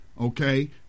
okay